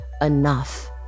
enough